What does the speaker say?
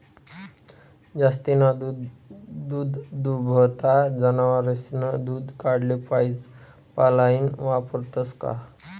जास्तीना दूधदुभता जनावरेस्नं दूध काढाले पाइपलाइन वापरतंस का?